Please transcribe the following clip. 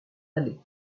aller